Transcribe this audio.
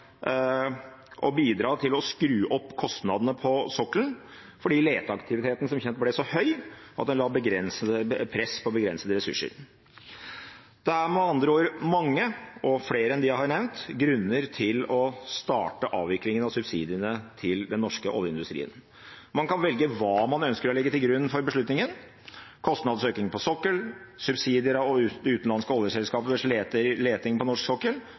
å bidra til å skru opp kostnadene på sokkelen, fordi leteaktiviteten som kjent ble så høy at den la press på begrensede ressurser. Det er med andre ord mange – og flere enn dem jeg har nevnt – grunner til å starte avviklingen av subsidiene til den norske oljeindustrien. Man kan velge hva man ønsker å legge til grunn for beslutningen – kostnadsøkning på sokkelen, subsidier av utenlandske oljeselskaper ved leting på norsk sokkel